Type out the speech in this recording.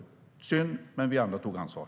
Det var synd, men vi andra tog ansvar.